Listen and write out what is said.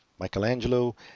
Michelangelo